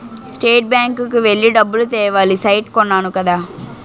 state bank కి వెళ్లి డబ్బులు తేవాలి సైట్ కొన్నాను కదా